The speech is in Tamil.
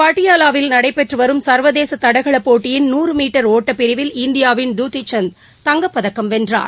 பாட்டியாவாவில் நடைபெற்று வரும் சர்வதேச தடகள போட்டியின் நூறு மீட்டர் ஒட்டப்பிரிவில் இந்தியாவின் டுட்டிசந்த் தங்கப்பதக்கம் வென்றார்